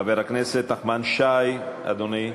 חבר הכנסת נחמן שי, אדוני,